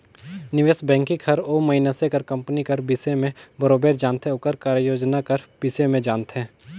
निवेस बैंकिंग हर ओ मइनसे कर कंपनी कर बिसे में बरोबेर जानथे ओकर कारयोजना कर बिसे में जानथे